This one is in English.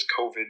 COVID